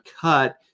cut